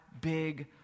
big